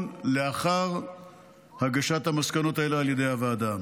לאחר הגשת המסקנות האלה על ידי הוועדה.